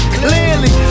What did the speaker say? clearly